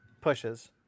pushes